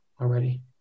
already